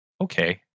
okay